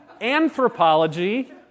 Anthropology